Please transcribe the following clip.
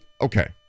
Okay